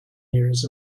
years